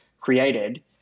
created